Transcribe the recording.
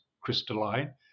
crystalline